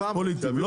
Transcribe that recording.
פוליטיים.